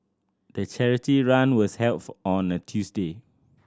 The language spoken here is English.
the charity run was held for on a Tuesday